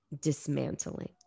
dismantling